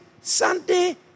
Sunday